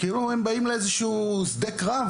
כאילו הם באים לאיזשהו שדה קרב,